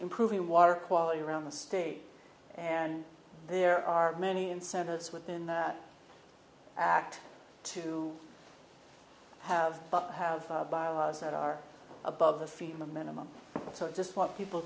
improving water quality around the state and there are many incentives within that act to have have byelaws that are above the fema minimum so i just want people